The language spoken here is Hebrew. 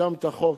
שקידמת חוק